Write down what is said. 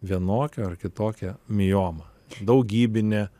vienokia ar kitokia mioma daugybinė